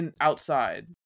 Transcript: outside